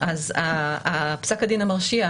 אז פסק הדין המרשיע,